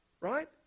right